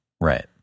Right